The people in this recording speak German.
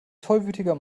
tollwütiger